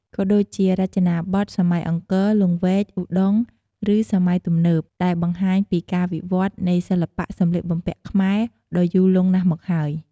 ក៏ដូចជា រចនាបថសម័យអង្គរ លង្វែក ឧដុង្គ ឬសម័យទំនើប ដែលបង្ហាញពីការវិវត្តន៍នៃសិល្បៈសម្លៀកបំពាក់ខ្មែរដ៏យូរលង់ណាស់មកហើយ។